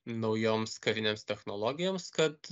naujoms karinėms technologijoms kad